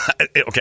Okay